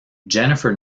jennifer